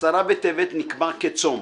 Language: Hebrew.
י' בטבת נקבע כצום.